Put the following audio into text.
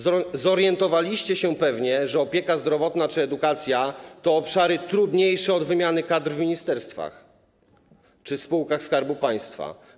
Zorientowaliście się pewnie, że opieka zdrowotna czy edukacja to obszary trudniejsze od obszaru wymiany kadr w ministerstwach czy spółkach Skarbu Państwa.